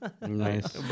Nice